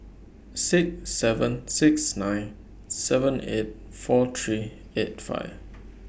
six seven six nine seven eight four three eight five